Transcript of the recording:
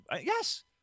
Yes